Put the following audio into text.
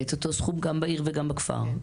את אותו סכום גם בעיר וגם בכפר.